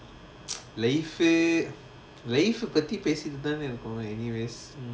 life life பத்தி பேசிட்டு தானே இருக்கோ:pathi paesitu thaanae irukko anyways